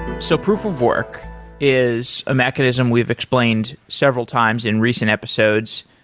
so proof of work is a mechanism we've explained several times in recent episodes,